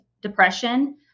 depression